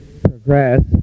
progress